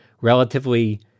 relatively